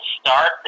start